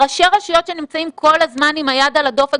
ראשי הרשויות שנמצאים כל הזמן עם היד על הדופק